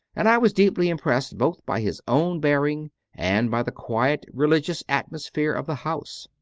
and i was deeply impressed both by his own bearing and by the quiet religious atmosphere of the house.